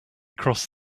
crossed